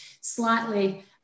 slightly